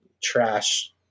Trash